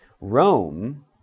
Rome